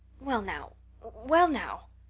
well now well now.